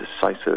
decisive